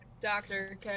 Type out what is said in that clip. Doctor